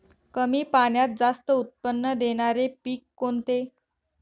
कमी पाण्यात जास्त उत्त्पन्न देणारे पीक कोणते?